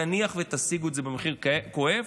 נניח שתשיגו את זה, במחיר כואב,